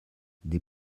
des